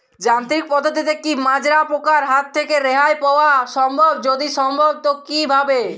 যান্ত্রিক পদ্ধতিতে কী মাজরা পোকার হাত থেকে রেহাই পাওয়া সম্ভব যদি সম্ভব তো কী ভাবে?